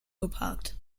geparkt